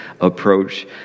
approach